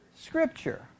scripture